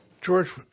George